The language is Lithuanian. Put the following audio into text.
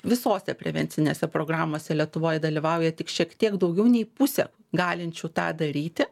visose prevencinėse programose lietuvoj dalyvauja tik šiek tiek daugiau nei pusė galinčių tą daryti